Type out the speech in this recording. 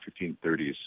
1530s